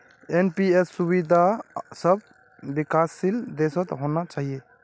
NPS सुविधा सब विकासशील देशत होना चाहिए